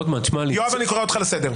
רוטמן, תשמע לי --- יואב, אני קורא אותך לסדר.